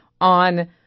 on